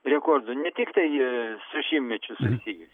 rekordų ne tiktai su šimtmečiu susiję